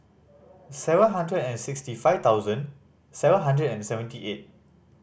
seven hundred and sixty five thousand seven hundred and seventy eight